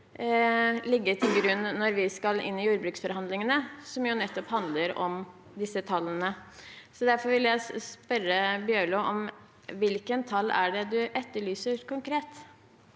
ligge til grunn når vi skal inn i jordbruksforhandlingene, som jo nettopp handler om disse tallene. Derfor vil jeg spørre Bjørlo om hvilke tall det er han etterlyser konkret.